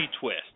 twist